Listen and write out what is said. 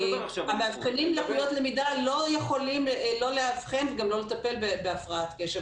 המאבחנים לקויות למידה לא יכולים לא לאבחן וגם לא לטפל בהפרעת קשב,